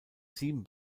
sieben